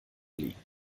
liegen